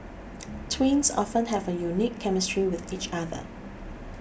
twins often have a unique chemistry with each other